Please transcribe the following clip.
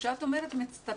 כשאת אומרת מצטברת,